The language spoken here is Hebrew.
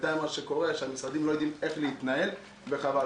בינתיים המשרדים לא יודעים איך להתנהל, וחבל.